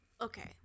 Okay